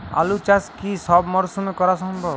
আলু চাষ কি সব মরশুমে করা সম্ভব?